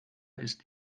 ist